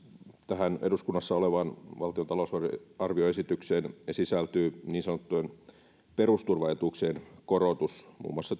tähän eduskunnassa olevaan valtion talousarvioesitykseen sisältyy niin sanottujen perusturvaetuuksien korotus muun muassa